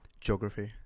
geography